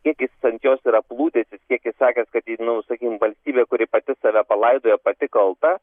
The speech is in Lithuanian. kiek jis ant jos yra pludęsis kiek jis sakė kad ji nu sakykim valstybė kuri pati save palaidojo pati kalta